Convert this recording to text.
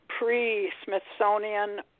pre-Smithsonian